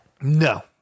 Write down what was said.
No